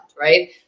right